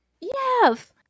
Yes